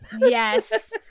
Yes